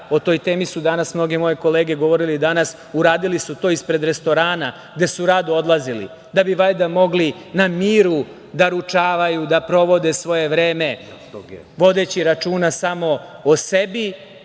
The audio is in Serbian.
o toj temi su danas mnoge moje kolege govorile, uradili su to ispred restorana gde su rado odlazili, da bi valjda mogli na miru da ručavaju, da provode svoje vreme vodeći računa samo o sebi